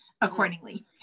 accordingly